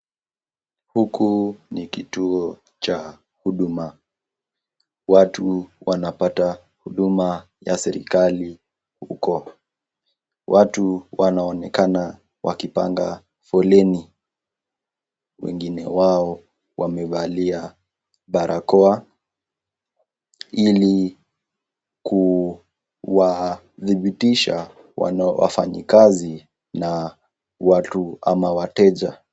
Huku ni kituo cha huduma. Watu wanapata huduma ya serikali huko. Watu wanaonekana wakipanga foleni wengine wao wamevalia barakoa ili kuwadhibitisha wafanyikazi na watu ama wateja.